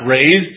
raised